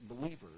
believers